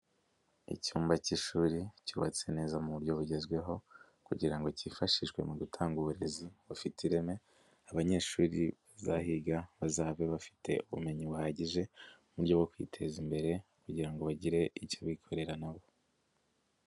Icyumba cy'ishuri cyubatse neza mu buryo bugezweho kugira ngo cyifashishwe mu gutanga uburezi bufite ireme, abanyeshuri bazahiga bazabe bafite ubumenyi buhagije mu buryo bwo kwiteza imbere kugira ngo bagire icyo bikorera na bo.